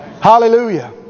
Hallelujah